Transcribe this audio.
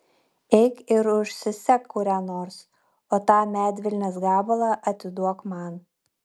eik ir užsisek kurią nors o tą medvilnės gabalą atiduok man